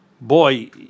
Boy